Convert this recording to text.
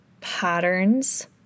patterns